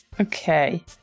Okay